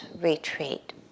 retreat